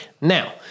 Now